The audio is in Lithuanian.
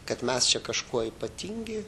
kad mes čia kažkuo ypatingi